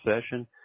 session